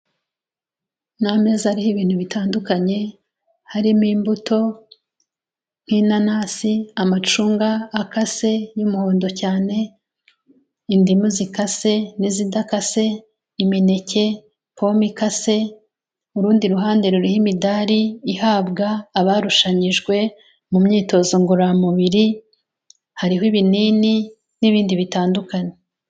Ni ameza ariho ibintu bitandukanye, harimo imbuto nk'inanasi, amacunga akase y'umuhondo cyane, indimu zikase n'izidakase, imineke, pome ikase, urundi ruhande ruriho imidari ihabwa abarushanyijwe mu myitozo ngororamubiri, hariho ibinini n'ibindi bitandukanye.